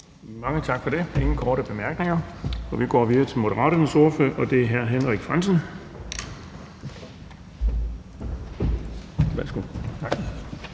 Mange tak for det. Der er ingen korte bemærkninger. Vi går videre til Moderaternes ordfører, og det er hr. Henrik Frandsen. Værsgo. Kl.